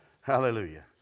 Hallelujah